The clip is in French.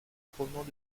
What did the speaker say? provenant